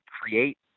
create